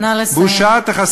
נא לסיים.